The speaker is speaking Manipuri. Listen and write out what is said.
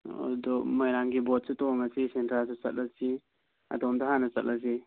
ꯑꯗꯣ ꯃꯣꯏꯔꯥꯡꯒꯤ ꯕꯣꯠꯁꯨ ꯇꯣꯡꯉꯁꯤ ꯁꯦꯟꯗ꯭ꯔꯥꯁꯨ ꯆꯠꯂꯁꯤ ꯑꯗꯣꯝꯗ ꯍꯥꯟꯅ ꯆꯠꯂꯁꯤ